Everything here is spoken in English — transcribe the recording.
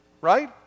right